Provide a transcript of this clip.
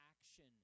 action